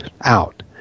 out